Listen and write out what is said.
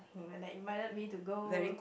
even they invited me to go